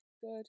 Good